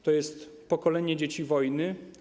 To jest pokolenie dzieci wojny.